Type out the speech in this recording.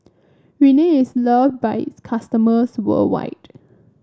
Rene is loved by its customers worldwide